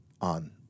on